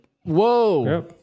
Whoa